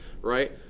Right